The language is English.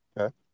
Okay